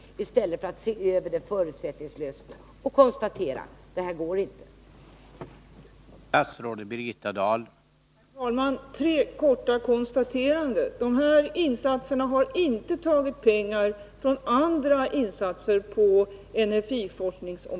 Jag vill i stället att det görs en förutsättningslös översyn för att kunna konstatera att det här inte går.